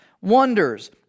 wonders